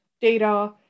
data